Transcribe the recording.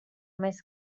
més